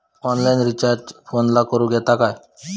Online recharge फोनला करूक येता काय?